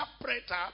interpreter